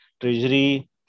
treasury